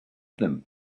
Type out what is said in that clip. them